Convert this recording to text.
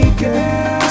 girl